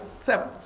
seven